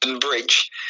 Bridge